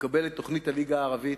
תוכנית הליגה הערבית,